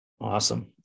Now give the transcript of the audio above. Awesome